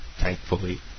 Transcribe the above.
Thankfully